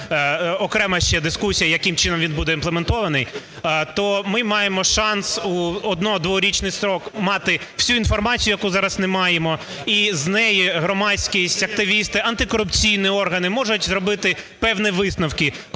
окрема ще дискусія, яким чином він буде імплементований, - то ми маємо шанс у одно-, дворічний строк мати всю інформацію, яку зараз не маємо. І з неї громадськість, активісти, антикорупційні органи можуть зробити певні висновки: